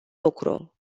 lucru